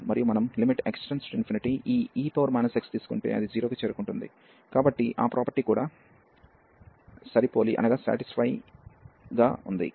మరియు ఈ e x function కాబట్టి e xఫంక్షన్ మోనోటోన్ మరియు మనం x→∞ ఈ e x తీసుకుంటే అది 0 కి చేరుకుంటుంది కాబట్టి ఆ ప్రాపర్టీ కూడా సరిపోలి ఉంది